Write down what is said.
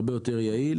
הרבה יותר יעיל